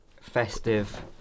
festive